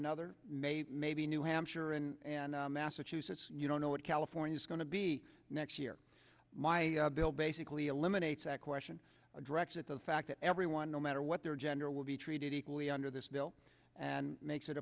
another may may be new hampshire and massachusetts you don't know what california is going to be next year my bill basically eliminates that question directed at the fact that everyone no matter what their gender will be treated equally under this bill and makes it